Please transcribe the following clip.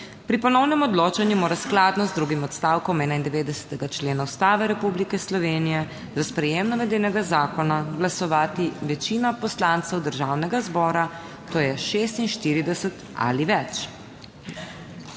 Pri ponovnem odločanju mora skladno z drugim odstavkom 91. člena Ustave Republike Slovenije za sprejem navedenega zakona glasovati večina poslancev Državnega zbora, to je 46 ali več.